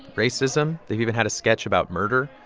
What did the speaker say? racism. they even had a sketch about murder.